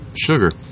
sugar